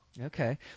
Okay